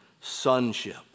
sonship